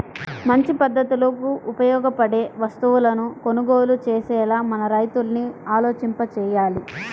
మంచి పద్ధతులకు ఉపయోగపడే వస్తువులను కొనుగోలు చేసేలా మన రైతుల్ని ఆలోచింపచెయ్యాలి